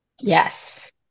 Yes